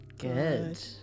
Good